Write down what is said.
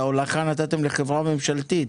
את ההולכה נתתם לחברה ממשלתית